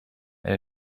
and